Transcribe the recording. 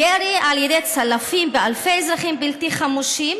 ירי על ידי צלפים באלפי אזרחים בלתי חמושים